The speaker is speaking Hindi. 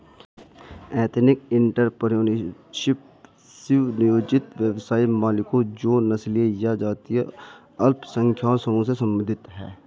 एथनिक एंटरप्रेन्योरशिप, स्व नियोजित व्यवसाय मालिकों जो नस्लीय या जातीय अल्पसंख्यक समूहों से संबंधित हैं